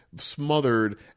smothered